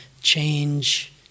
change